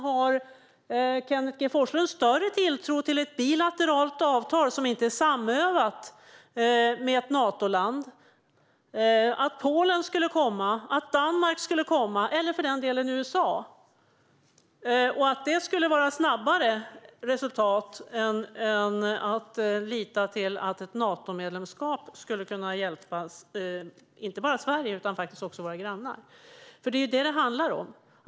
Varför har Kenneth G Forslund större tilltro till ett bilateralt avtal som inte är samövat med ett Natoland och att Polen skulle komma, att Danmark skulle komma eller för den delen att USA skulle komma och att det skulle ge ett snabbare resultat än att lita till att ett Natomedlemskap skulle kunna hjälpa inte bara Sverige utan faktiskt också våra grannar? Det är nämligen detta det handlar om.